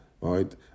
right